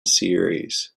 series